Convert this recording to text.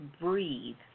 breathe